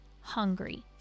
hungry